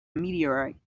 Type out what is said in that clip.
meteorite